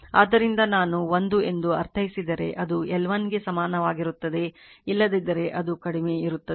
ಆದ್ದರಿಂದ ನಾನು 1 ಎಂದು ಅರ್ಥೈಸಿದರೆ ಅದು L1 ಗೆ ಸಮಾನವಾಗಿರುತ್ತದೆ ಇಲ್ಲದಿದ್ದರೆ ಅದು ಕಡಿಮೆ ಇರುತ್ತದೆ